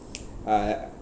uh